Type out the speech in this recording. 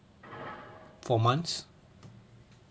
for months